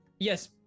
Yes